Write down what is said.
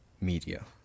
Media